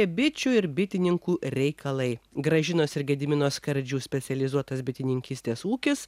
bičių ir bitininkų reikalai gražinos ir gedimino skardžių specializuotas bitininkystės ūkis